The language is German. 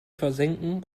versenken